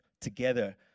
together